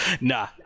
Nah